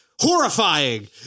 Horrifying